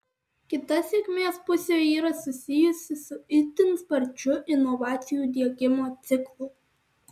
kita sėkmės pusė yra susijusi su itin sparčiu inovacijų diegimo ciklu